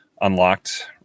unlocked